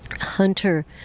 Hunter